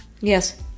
Yes